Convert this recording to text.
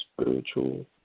spiritual